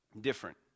Different